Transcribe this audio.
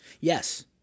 Yes